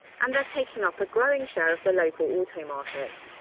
and they're taking up a growing share of the local auto market.